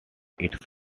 its